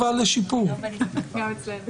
מספר סוגיות שאנחנו צריכים להידרש אליהן.